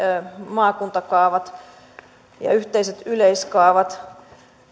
maakuntakaavat ja yhteiset yleiskaavat